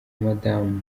madam